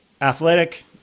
athletic